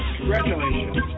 Congratulations